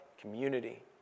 community